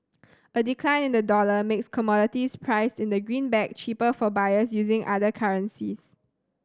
a decline in the dollar makes commodities priced in the greenback cheaper for buyers using other currencies